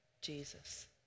Jesus